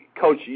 Coach